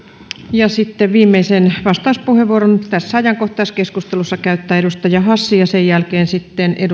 ja sitten viimeisen vastauspuheenvuoron tässä ajankohtaiskeskustelussa käyttää edustaja hassi ja sen jälkeen sitten